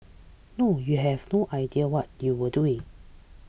no you have no idea what you are doing